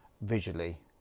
visually